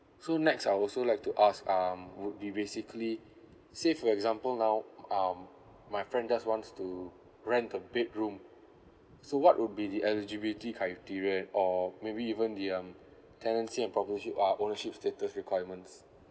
so next I'd also like to ask um would be basically say for example now um my friend just wants to rent a bedroom so what will be the eligibility criteria and or maybe even the um tenancy and property or ownership status requirements